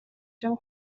чинь